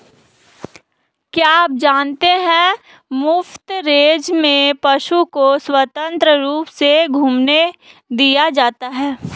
क्या आप जानते है मुफ्त रेंज में पशु को स्वतंत्र रूप से घूमने दिया जाता है?